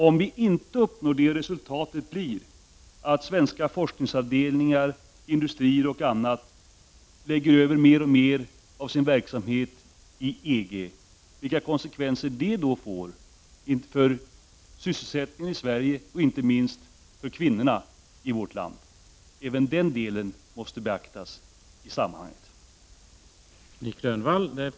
Om vi inte gör det, och resultatet blir att svenska forskningsavdelningar, industrier och annat lägger över mer och mer av sin verksamhet till EG-området, vilka konsekvenser får det för sysselsättningen i Sverige och inte minst för kvinnorna i vårt land? Även den aspekten måste beaktas i sammanhanget.